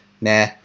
nah